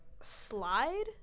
slide